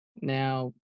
Now